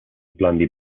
blondie